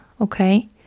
okay